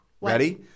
Ready